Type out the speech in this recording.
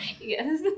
Yes